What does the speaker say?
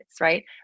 Right